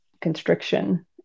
constriction